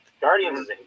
Guardians